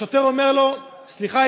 השוטר אומר לו: סליחה,